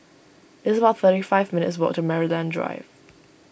it's about thirty five minutes' walk to Maryland Drive